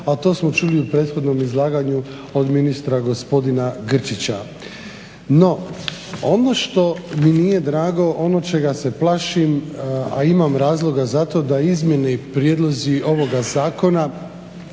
a to smo čuli u prethodnom izlaganju od ministra gospodina Grčića. No, ono što mi nije drago, ono čega se plašim, a imam razloga za to da izmjene i prijedlozi ovoga zakona